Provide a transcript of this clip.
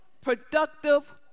productive